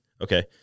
Okay